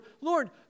Lord